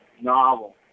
novel